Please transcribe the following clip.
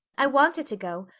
i wanted to go,